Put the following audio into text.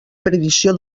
perdició